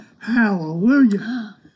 Hallelujah